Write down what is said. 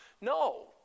No